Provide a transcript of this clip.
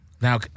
Now